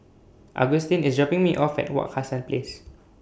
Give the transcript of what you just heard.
Agustin IS dropping Me off At Wak Hassan Place